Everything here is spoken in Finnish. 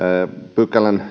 pykälän